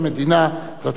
החלטות הממשלה,